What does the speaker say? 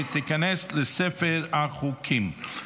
והיא תיכנס לספר החוקים.